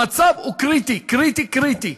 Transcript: המצב קריטי, קריטי, קריטי.